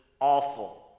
awful